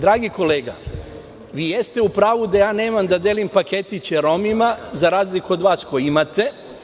Dragi kolega, vi jeste u pravu da ja nemam pravo da delim paketić Romima za razliku od vas koji imate.